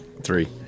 three